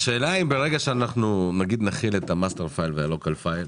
השאלה היא האם ברגע שנחיל את ה- local fileוה-master file,